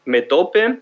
Metope